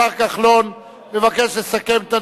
השר כחלון מבקש לסכם את הדיון.